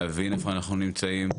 להבין איפה אנחנו נמצאים.